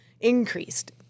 increased